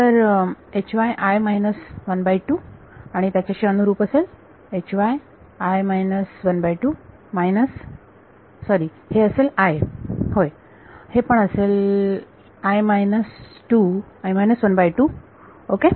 तर आणि त्याच्याशी अनुरुप असेल मायनस सॉरी हे असेल i होय हे पण असेल ओके